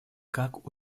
как